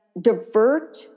divert